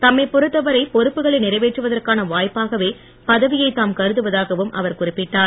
தம்மைப் பொறுத்தவரை பொறுப்புகளை நிறைவேற்றுவதற்கான வாய்ப்பாகவே பதவியைத் தாம் கருதுவதாகவும் அவர் குறிப்பிட்டார்